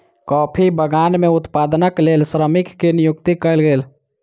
coffee बगान में उत्पादनक लेल श्रमिक के नियुक्ति कयल गेल